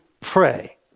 pray